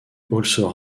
also